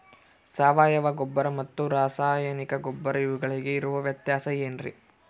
ಸಾವಯವ ಗೊಬ್ಬರ ಮತ್ತು ರಾಸಾಯನಿಕ ಗೊಬ್ಬರ ಇವುಗಳಿಗೆ ಇರುವ ವ್ಯತ್ಯಾಸ ಏನ್ರಿ?